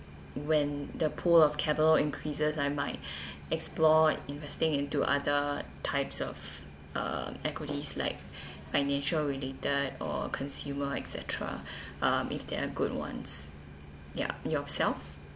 when the pool of catalogue increases I might explore investing into other types of uh equities like financial related or consumer etcetera um if there are good ones ya yourself